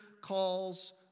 calls